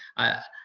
i